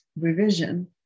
revision